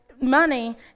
Money